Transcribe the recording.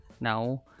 now